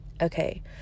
Okay